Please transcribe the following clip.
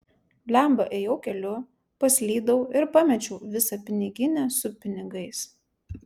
blemba ėjau keliu paslydau ir pamečiau visą piniginę su pinigais